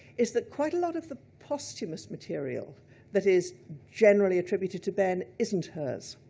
is that quite a lot of the posthumous material that is generally attributed to behn, isn't hers.